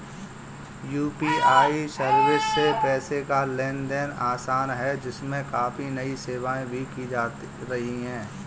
UPI service से पैसे का लेन देन आसान है इसमें काफी नई सेवाएं भी आती रहती हैं